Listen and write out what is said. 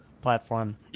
platform